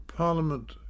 Parliament